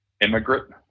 immigrant